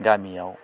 गामियाव